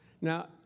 Now